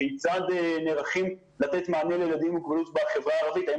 כיצד נערכים לתת מענה לילדים עם מוגבלות בחברה הערבית והאם